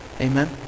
Amen